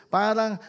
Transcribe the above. parang